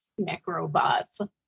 necrobots